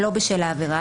שלא בשל העבירה,